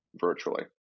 virtually